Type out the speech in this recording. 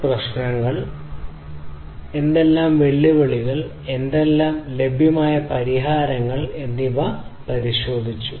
മുമ്പത്തെ പ്രഭാഷണങ്ങളിൽ കണക്റ്റിവിറ്റി പ്രശ്നങ്ങൾ എന്തെല്ലാം വെല്ലുവിളികൾ എന്തെല്ലാം ലഭ്യമായ പരിഹാരങ്ങൾ എന്നിവ പരിശോധിച്ചു